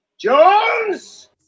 Jones